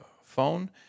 phone